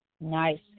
Nice